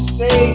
say